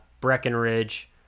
Breckenridge